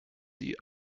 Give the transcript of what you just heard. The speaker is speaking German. die